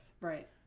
Right